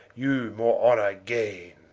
you more honour gaine.